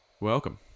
Welcome